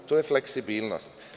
To je fleksibilnost.